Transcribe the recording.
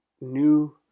new